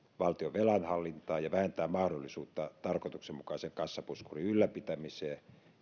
valtion velanhallintaa ja vähentää mahdollisuutta tarkoituksenmukaisen kassapuskurin ylläpitämiseen